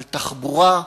על תחבורה,